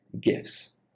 gifts